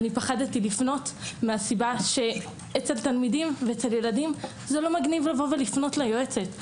פחדתי לפנות מהסיבה שאצל תלמידים ואצל ילדים זה לא מגניב לפנות ליועצת.